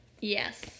Yes